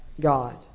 God